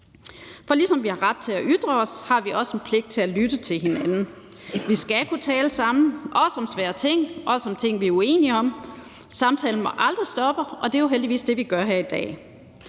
For ligesom vi har ret til at ytre os, har vi også en pligt til at lytte til hinanden. Vi skal kunne tale sammen, også om svære ting og også om ting, vi er uenige om – samtalen må aldrig stoppe – og det er jo heldigvis det, vi gør her i dag.